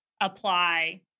apply